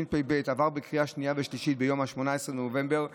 עבר בקריאה שנייה ושלישית ב-18 בנובמבר 2021,